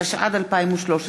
התשע"ד 2013,